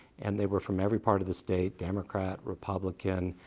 and they were from every part of the state. democrat, republican,